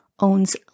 owns